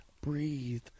breathe